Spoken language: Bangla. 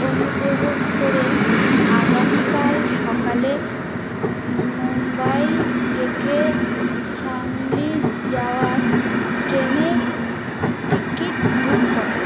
অনুগ্রহ করে আগামীকাল সকালে মুম্বাই থেকে সাংলি যাওয়ার ট্রেনের টিকিট বুক করো